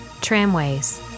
Tramways